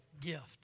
gift